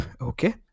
Okay